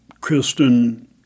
kristen